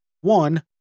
one